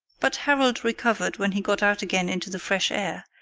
but harold recovered when he got out again into the fresh air,